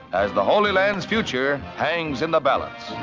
as the holy land's future hangs in the balance.